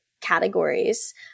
categories